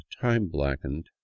time-blackened